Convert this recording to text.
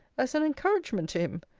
as an encouragement to him?